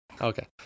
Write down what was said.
Okay